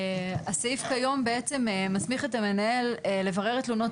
הסעיף כיום בעצם מסמיך את המנהל לברר את תלונות